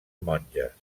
monges